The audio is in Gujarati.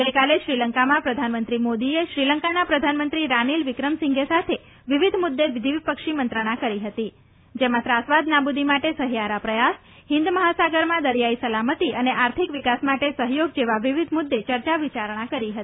ગઈકાલે શ્રીલંકામાં પ્રધાનમંત્રી મોદીએ શ્રીલંકાના પ્રધાનમંત્રી રાનિલ વિક્રમસિંઘે સાથે વિવિધ મુદ્દે દ્વિપક્ષી મંત્રણા કરી હતી જેમાં ત્રાસવાદ નાબૂદી માટે સહિયારા પ્રયાસ હિંદ મહાસાગરમાં દરિયાઈ સલામતી અને આર્થિક વિકાસ માટે સહયોગ જેવા વિવિધ મુદ્દે ચર્ચા વિચારણા કરી હતી